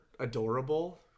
adorable